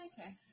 okay